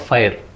Fire